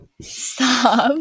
Stop